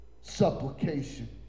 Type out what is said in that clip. supplication